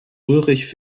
ulrich